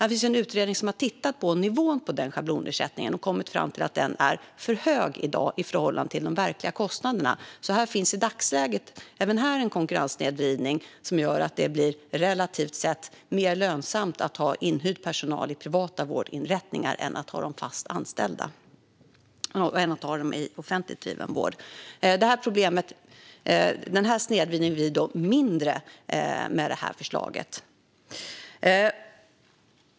En utredning har tittat på nivån på schablonersättningen och kommit fram till att den i dag är för hög i förhållande till de verkliga kostnaderna. Det finns alltså i dagsläget även här en konkurrenssnedvridning som gör att det blir relativt sett mer lönsamt att ha inhyrd personal i privata vårdinrättningar än att ha dem fast anställda i offentligt driven vård. Denna snedvridning blir mindre med det här förslaget.